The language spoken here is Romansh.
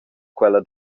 quella